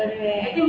correct